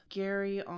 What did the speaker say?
gary